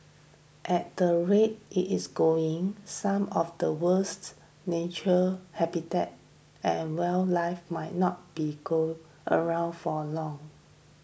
at the rate it is going some of the world's nature habitat and wildlife might not be go around for long